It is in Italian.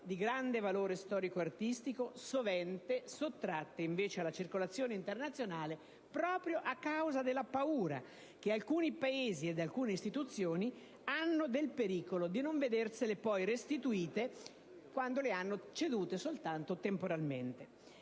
di grande valore storico e artistico, sovente sottratte invece alla circolazione internazionale proprio a causa della paura che alcuni Paesi ed istituzioni hanno del pericolo di non vedersele restituire, una volta che le hanno cedute soltanto temporaneamente.